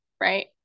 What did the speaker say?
right